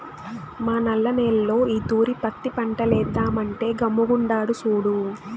మా నల్ల నేల్లో ఈ తూరి పత్తి పంటేద్దామంటే గమ్ముగుండాడు సూడు